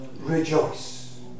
rejoice